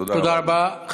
תודה רבה.